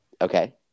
Okay